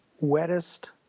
wettest